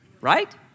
right